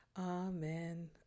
Amen